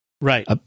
Right